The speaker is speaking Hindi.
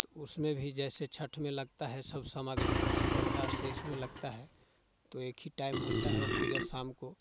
तो उसमें भी जैसे छठ में लगता है सब सामग्री उसी प्रकार से इसमें लगता है तो एक ही टाइम होता है वो पूजा शाम को